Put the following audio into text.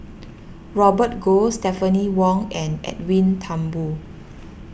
Robert Goh Stephanie Wong and Edwin Thumboo